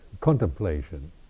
contemplation